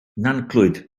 nantclwyd